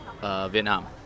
Vietnam